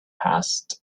passed